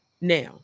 now